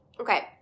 Okay